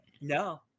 no